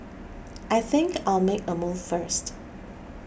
I think I'll make a move first